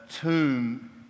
tomb